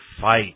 fight